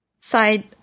side